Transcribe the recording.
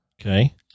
Okay